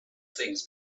things